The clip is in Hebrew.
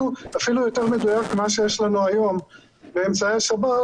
ואפילו יותר מדויק ממה שיש לנו היום באמצעי השב"כ,